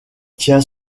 tient